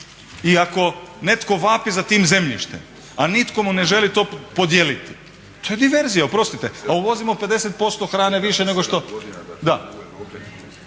i ako netko vapi za tim zemljištem a nitko mu ne želi to podijeliti, to je diverzija, oprostite, a uvozimo 50% hrane više nego što